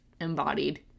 embodied